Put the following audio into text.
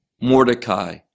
Mordecai